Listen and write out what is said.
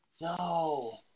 No